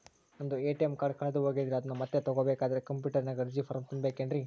ನಂದು ATM card ಕಳೆದು ಹೋಗೈತ್ರಿ ಅದನ್ನು ಮತ್ತೆ ತಗೋಬೇಕಾದರೆ ಕಂಪ್ಯೂಟರ್ ನಾಗ ಅರ್ಜಿ ಫಾರಂ ತುಂಬಬೇಕನ್ರಿ?